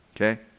okay